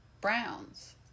Browns